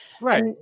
right